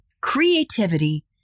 Creativity